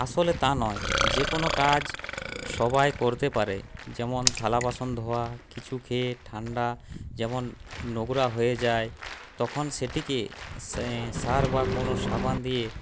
আসলে তা নয় যে কোনো কাজ সবাই করতে পারে যেমন থালা বাসন ধোওয়া কিছু খেয়ে ঠান্ডা যেমন নোংরা হয়ে যায় তখন সেটিকে সার্ফ বা কোনো সাবান দিয়ে